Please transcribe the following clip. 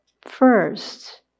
first